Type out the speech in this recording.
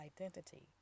identity